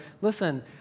listen